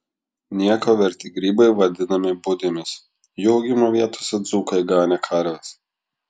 nieko verti grybai vadinami budėmis jų augimo vietose dzūkai ganė karves